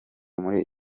muri